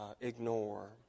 ignore